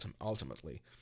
ultimately